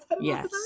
yes